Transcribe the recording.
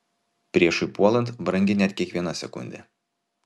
priešui puolant brangi net kiekviena sekundė